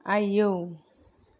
आयौ